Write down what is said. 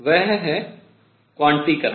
वह है क्वांटीकरण